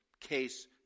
case